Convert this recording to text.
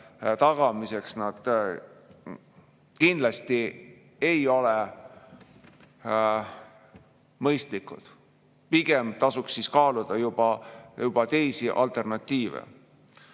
tagamiseks nad kindlasti ei ole mõistlikud, pigem tasuks siis kaaluda juba teisi alternatiive.